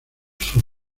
sur